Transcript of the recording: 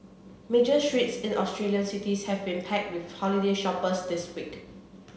major streets in Australian cities have been packed with holiday shoppers this week